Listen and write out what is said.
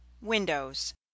Windows